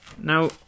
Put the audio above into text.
Now